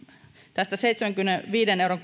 tämä seitsemänkymmenenviiden euron